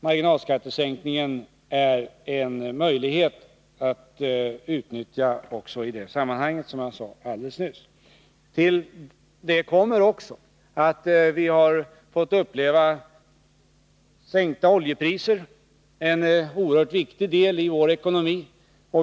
Marginalskattesänkningen är en möjlighet att utnyttja också i det sammanhanget. Till det kommer också att vi har fått uppleva en sänkning av oljepriserna — en oerhört viktig del i vår ekonomi.